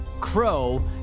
Crow